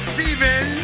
Steven